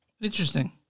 Interesting